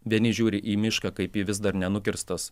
vieni žiūri į mišką kaip į vis dar nenukirstas